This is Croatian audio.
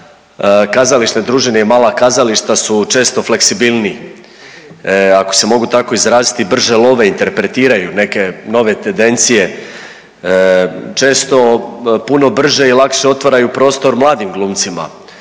Kazališne družine i mala kazališta su često fleksibilniji, ako se mogu tako izraziti brže love, interpretiraju neke nove tendencije. Često puno brže i lakše otvaraju prostor mladim glumcima,